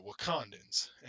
Wakandans